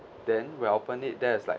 then when open it there was like